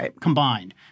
combined